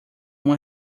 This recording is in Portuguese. uma